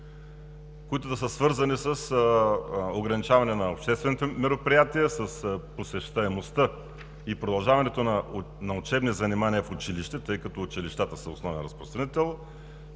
власт, свързани с ограничаване на обществените мероприятия, посещаемостта и продължаването на учебни занимания в училищата, тъй като училищата са основен разпространител,